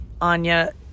Anya